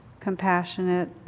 compassionate